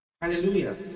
Hallelujah